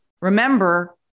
Remember